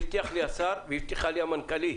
הבטיח לי השר והבטיחה לי המנכ"לית